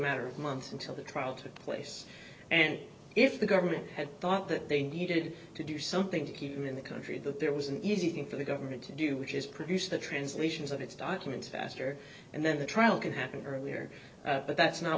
matter of months until the trial took place and if the government had thought that they needed to do something to keep him in the country that there was an easy thing for the government to do which is produce the translations of its documents faster and then the trial can happen earlier but that's not